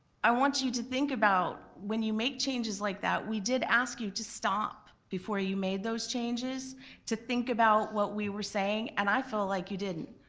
i want you you to think about when you make changes like that we did ask you to stop before you made those changes changes to think about what we were saying and i feel like you didn't.